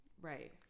right